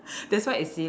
that's why it's silly